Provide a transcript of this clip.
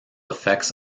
effects